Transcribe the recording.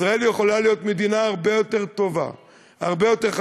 ישראל יכולה להיות מדינה טובה הרבה יותר,